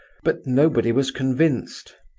but nobody was convinced.